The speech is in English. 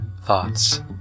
thoughts